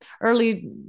early